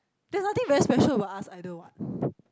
there's nothing very special about us either what